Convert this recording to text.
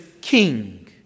king